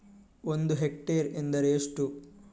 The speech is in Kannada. ಒಂದು ಹೆಕ್ಟೇರ್ ಎಂದರೆ ಎಷ್ಟು?